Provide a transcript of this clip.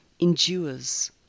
Endures